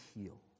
heal